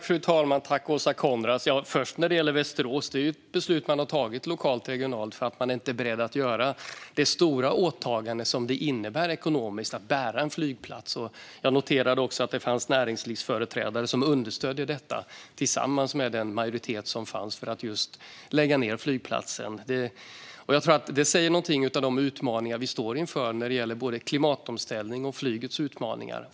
Fru talman! När det först gäller Västerås är detta ett beslut man har tagit lokalt och regionalt därför att man inte är beredd till det stora åtagande som en flygplats innebär ekonomiskt. Jag noterade också att det fanns näringslivsföreträdare som understödde detta, tillsammans med den majoritet som fanns för att lägga ned flygplatsen. Jag tror att det säger någonting om de utmaningar vi står inför när det gäller både klimatomställning och flygets utmaningar.